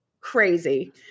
crazy